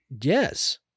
Yes